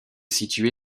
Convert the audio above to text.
situé